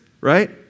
right